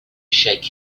shake